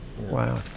Wow